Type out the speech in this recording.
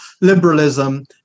liberalism